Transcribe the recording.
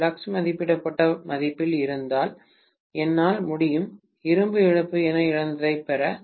flux மதிப்பிடப்பட்ட மதிப்பில் இருந்தால் என்னால் முடியும் இரும்பு இழப்பு என இழந்ததை பெற